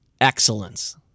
excellence